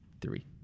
three